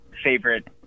Favorite